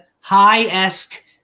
high-esque